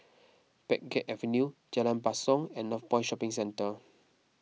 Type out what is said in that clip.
Pheng Geck Avenue Jalan Basong and Northpoint Shopping Centre